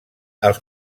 els